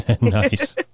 Nice